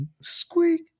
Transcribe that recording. Squeak